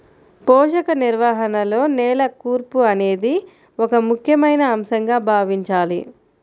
పోషక నిర్వహణలో నేల కూర్పు అనేది ఒక ముఖ్యమైన అంశంగా భావించాలి